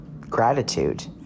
gratitude